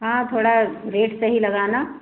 हाँ थोड़ा रेट सही लगाना